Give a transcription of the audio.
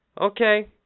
Okay